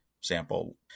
sample